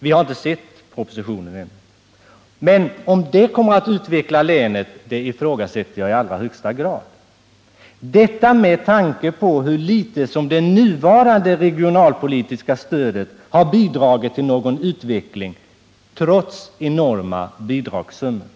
Vi har visserligen inte sett propositionen, men jag ifrågasätter i allra högsta grad huruvida dess förslag kommer att utveckla länet, detta med tanke på hur litet som det nuvarande regionalpolitiska stödet har bidragit till någon utveckling, trots enorma bidragssummor.